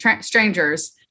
strangers